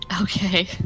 Okay